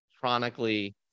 chronically